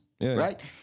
right